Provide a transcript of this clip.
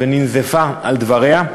וננזפה על דבריה.